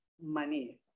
money